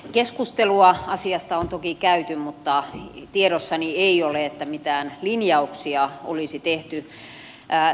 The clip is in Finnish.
keskustelua asiasta on toki käyty mutta tiedossani ei ole että mitään linjauksia olisi tehty